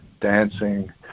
dancing